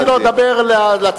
אמרתי לו: דבר לציבור.